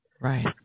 right